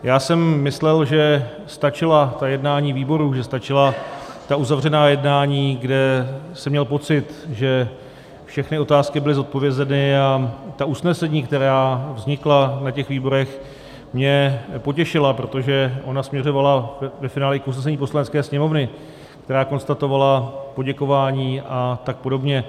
Já jsem myslel, že stačila jednání výborů, že stačila ta uzavřená jednání, kde jsem měl pocit, že všechny otázky byly zodpovězeny, a usnesení, která vznikla na těch výborech, mě potěšila, protože ona směřovala ve finále k usnesení Poslanecké sněmovny, která konstatovala poděkování a tak podobně.